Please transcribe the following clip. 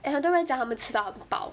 and 很多人讲他们吃到很饱